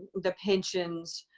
the pensions,